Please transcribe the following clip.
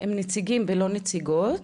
ולא נציגות,